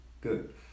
good